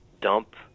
dump